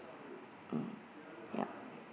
mm ya